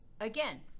again